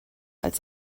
als